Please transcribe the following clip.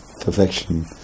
perfection